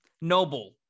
Noble